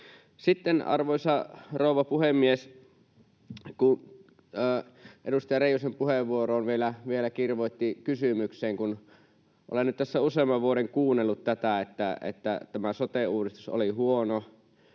Arvoisa rouva puhemies! Edustaja Reijosen puheenvuoro vielä kirvoitti kysymyksen. Kun olen nyt tässä useamman vuoden kuunnellut tätä, että tämä sote-uudistus oli huono,